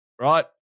right